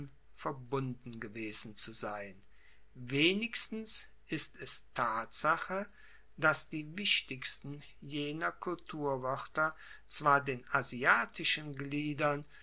verbunden gewesen zu sein wenigstens ist es tatsache dass die wichtigsten jener kulturwoerter zwar den asiatischen gliedern